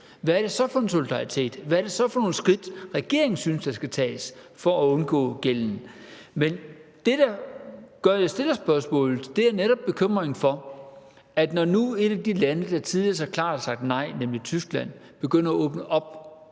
hvad er det så for en solidaritet? Hvad er det så for nogle skridt, regeringen synes der skal tages for at undgå gælden? Men det, der gør, at jeg stiller spørgsmålet, er netop bekymringen for, at når nu et af de lande, der tidligere så klart har sagt nej, nemlig Tyskland, begynder at åbne op,